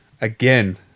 again